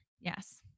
Yes